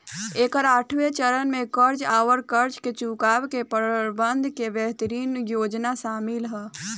एकर आठगो चरन में कर्ज आउर कर्ज चुकाए के प्रबंधन के बेहतरीन योजना सामिल ह